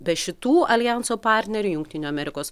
be šitų aljanso partnerių jungtinių amerikos